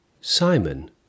Simon